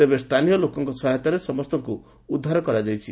ତେବେ ସ୍ଥାନୀୟ ଲୋକଙ୍ଙ ସହାୟତାରେ ସମସ୍ତଙ୍ଙୁ ଉଦ୍ଧାର କରାଯାଇଛି